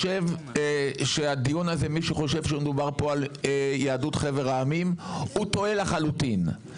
מי שחושב שמדובר פה על יהדות חבר העמים הוא טועה לחלוטין.